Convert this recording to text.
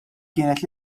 kienet